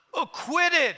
Acquitted